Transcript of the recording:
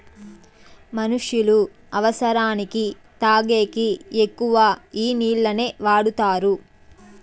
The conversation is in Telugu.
మనుష్యులు అవసరానికి తాగేకి ఎక్కువ ఈ నీళ్లనే వాడుతారు